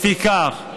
לפיכך,